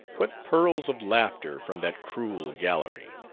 what peals of laughter from that cruel gallery!